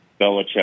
Belichick